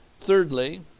Thirdly